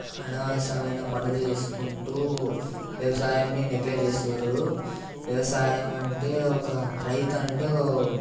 అనవసరమైన పనులు చేసుకుంటూ వ్యవసాయాన్ని నెగ్లెట్ చేస్తుర్రు వ్యవసాయం అంటే ఒక రైతు అంటే